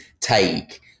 take